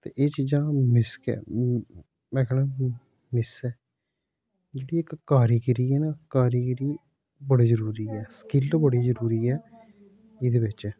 ते एह् चीजां मिस के ऐ में आक्खां ना मिस ऐ जेह्ड़ी इक कारीगिरी ऐ ना कारीगिरी बड़ी जरूरी ऐ स्किल्ड बड़ी जरूरी ऐ इदे बिच